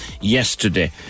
yesterday